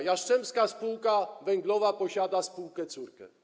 Jastrzębska Spółka Węglowa posiada spółkę córkę.